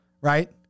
Right